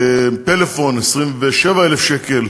פלאפון, 27,000 שקל,